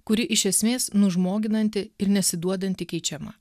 kuri iš esmės nužmoginanti ir nesiduodanti keičiama